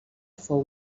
fou